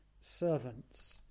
servants